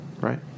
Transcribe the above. Right